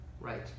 Right